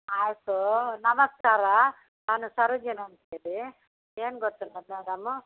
ಆಯಿತು ನಮಸ್ಕಾರ ನಾನು ಸರೋಜಿನಿ ಅಂತೇಳಿ ಏನು ಗೊತ್ತುಂಟ ಮೇಡಮು